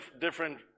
different